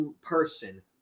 person